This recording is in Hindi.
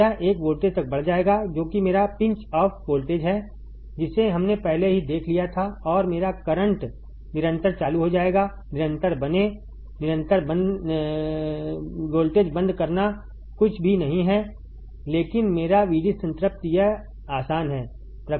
तो और यह एक वोल्टेज तक बढ़ जाएगा जो कि मेरी पिंच ऑफ वोल्टेज है जिसे हमने पहले ही देख लिया था और मेरा करंट निरंतर चालू हो जाएगा निरंतर बनें वोल्टेज बंद करना कुछ भी नहीं है लेकिन मेरा VD संतृप्ति यह आसान है